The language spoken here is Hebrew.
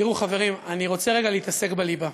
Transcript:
תראו, חברים, אני רוצה רגע להתעסק בליבה.